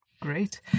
Great